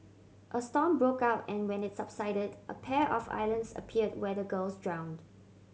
a storm broke out and when it subsided a pair of islands appeared where the girls drowned